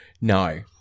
No